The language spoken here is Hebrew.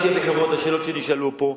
עם כל הכבוד לשאלות שנשאלו פה,